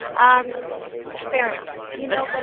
um fair enough. you know. but